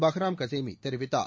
Bahram Ghasemi தெரிவித்தார்